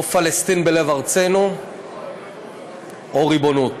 או פלסטין בלב ארצנו או ריבונות,